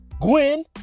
Gwen